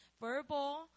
verbal